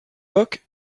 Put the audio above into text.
book